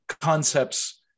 concepts